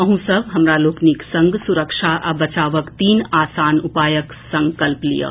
अहूँ सभ हमरा लोकनिक संग सुरक्षा आ बचावक तीन आसान उपायक संकल्प लियऽ